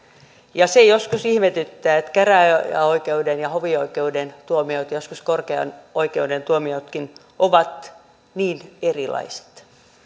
se joskus ihmetyttää että käräjäoikeuden ja hovioikeuden tuomiot joskus korkeimmankin oikeuden tuomiot ovat niin erilaiset